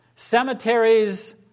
Cemeteries